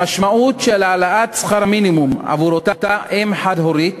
המשמעות של העלאת שכר המינימום עבור אותה אם חד-הורית